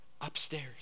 upstairs